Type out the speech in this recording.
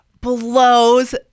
blows